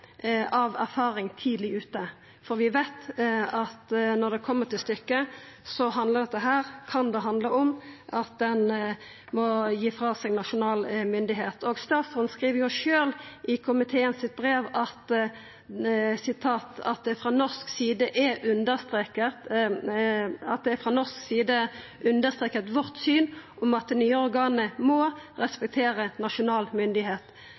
av at vi i dag debatterer sjølve direktivet. Vi er av erfaring tidleg ute, for vi veit at når det kjem til stykket, kan dette handla om at ein må gi frå seg nasjonal myndigheit. Statsråden skriv òg sjølv i brevet til komiteen at ein frå norsk side har «understreket vårt syn om at det nye organet må respektere nasjonal